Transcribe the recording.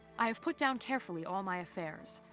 i've put down carefully all my affairs.